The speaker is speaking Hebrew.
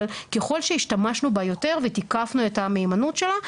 אבל ככל שהשתמשנו בה יותר ותיקפנו את המהימנות שלה,